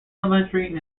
elementary